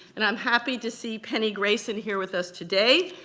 and i'm happy to see penny grayson here with us today.